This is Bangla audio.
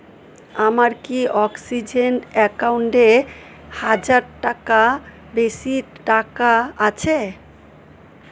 আমার কি অক্সিজেন অ্যাকাউন্টে হাজার টাকা বেশি টাকা আছে